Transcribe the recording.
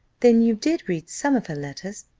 then you did read some of her letters?